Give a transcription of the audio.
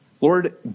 Lord